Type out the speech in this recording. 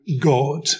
God